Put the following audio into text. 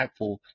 impactful